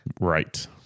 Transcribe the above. Right